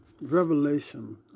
revelation